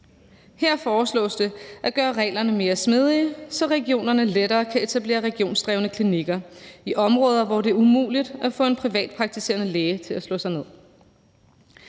Her foreslås det at gøre reglerne mere smidige, så regionerne lettere kan etablere regionsdrevne klinikker i områder, hvor det er umuligt at få en privatpraktiserende læge til at slå sig ned.